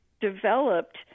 developed